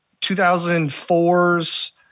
2004's